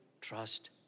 trust